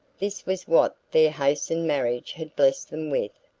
this was what their hastened marriage had blessed them with,